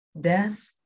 death